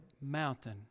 mountain